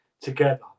together